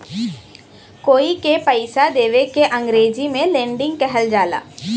कोई के पइसा देवे के अंग्रेजी में लेंडिग कहल जाला